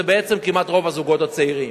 זה בעצם כמעט רוב הזוגות הצעירים.